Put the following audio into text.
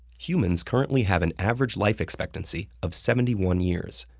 humans currently have an average life expectancy of seventy one years,